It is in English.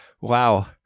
wow